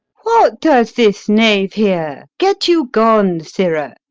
what does this knave here? get you gone, sirrah.